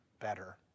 better